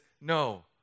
no